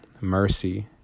mercy